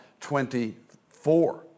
24